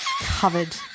covered